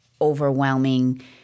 overwhelming